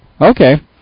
Okay